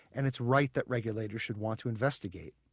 and it's right that regulators should want to investigate.